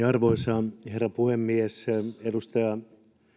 arvoisa herra puhemies edustaja